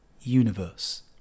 universe